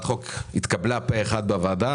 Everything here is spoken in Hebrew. הצעת החוק התקבלה פה אחד בוועדה,